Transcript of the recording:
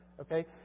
Okay